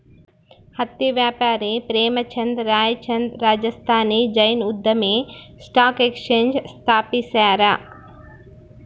ಹತ್ತಿ ವ್ಯಾಪಾರಿ ಪ್ರೇಮಚಂದ್ ರಾಯ್ಚಂದ್ ರಾಜಸ್ಥಾನಿ ಜೈನ್ ಉದ್ಯಮಿ ಸ್ಟಾಕ್ ಎಕ್ಸ್ಚೇಂಜ್ ಸ್ಥಾಪಿಸ್ಯಾರ